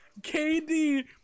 KD